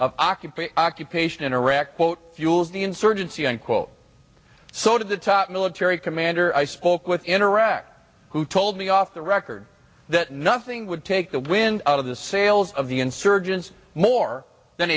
occupying occupation in iraq quote fuels the insurgency unquote so to the top military commander i spoke with anorak who told me off the record that nothing would take the wind out of the sails of the insurgents more than